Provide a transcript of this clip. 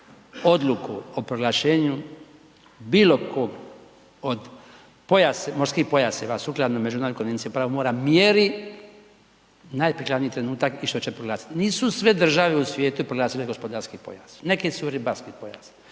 odluku o proglašenju bilo kog od morskih pojaseva sukladno Međunarodnoj konvenciji o pravu mora mjeri najprikladniji trenutak i što će proglasiti. Nisu sve države u svijetu proglasile gospodarski pojas, neke su ribarski pojas,